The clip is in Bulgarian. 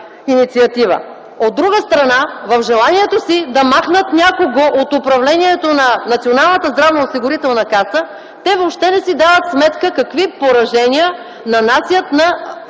инициатива. От друга страна, в желанието си да махнат някого от управлението на Националната здравноосигурителна каса, те въобще не си дават сметка какви поражения нанасят на